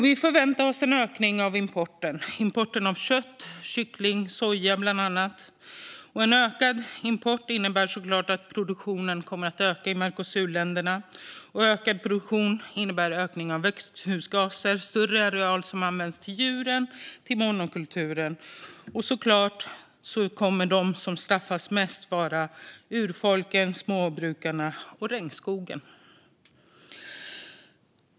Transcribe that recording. Vi förväntar oss en ökning av importen av bland annat kött, kyckling och soja. En ökad import innebär såklart att produktionen kommer att öka i Mercosurländerna. Ökad produktion innebär ökning av växthusgaser och en större areal som används till djuren och till monokulturen. De som straffas mest kommer att vara urfolken, småbrukarna och regnskogen.